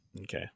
Okay